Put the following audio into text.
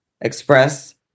express